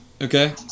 Okay